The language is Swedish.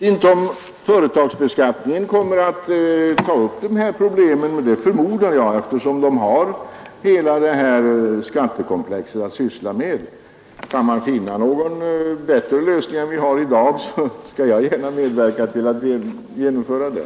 Herr talman! Jag vet inte om företagsbeskattningssakkunniga kommer att ta upp detta problem, men det förmodar jag, eftersom de har i uppdrag att syssla med hela detta skattekomplex. Kan man finna någon bättre lösning än vi har i dag skall jag gärna medverka till att genomföra den.